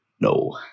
No